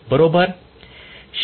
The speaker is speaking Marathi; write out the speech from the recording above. बरोबर